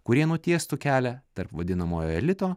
kurie nutiestų kelią tarp vadinamojo elito